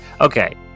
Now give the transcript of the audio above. okay